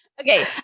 Okay